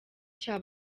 cya